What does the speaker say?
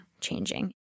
changing